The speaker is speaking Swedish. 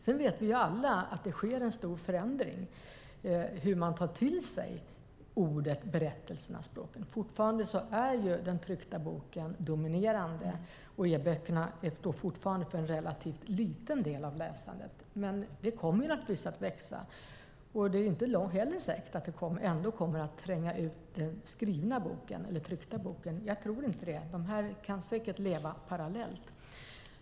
Sedan vet vi alla att det sker en stor förändring i hur man tar till sig ordet, berättelserna och språket. Fortfarande är den tryckta boken dominerande, och e-böckerna står för en relativt liten del av läsandet. Det kommer dock naturligtvis att växa, men det är inte säkert att det kommer att tränga ut den tryckta boken. Jag tror inte det; de kan säkert leva parallellt.